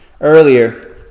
Earlier